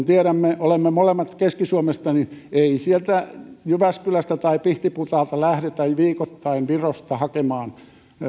tiedämme olemme molemmat keski suomesta ei sieltä jyväskylästä tai pihtiputaalta lähdetä viikoittain virosta hakemaan